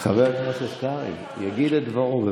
חבר הכנסת קרעי יגיד את דברו.